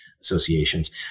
associations